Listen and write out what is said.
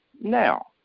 Now